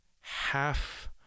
half